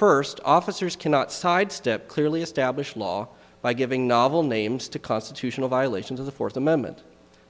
first officers cannot sidestep clearly established law by giving novel names to constitutional violations of the fourth amendment